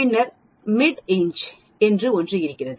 பின்னர் மீட்இஞ் என்று ஒன்று இருக்கிறது